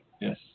yes